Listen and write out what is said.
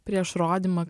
prieš rodymą